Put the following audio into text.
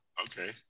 Okay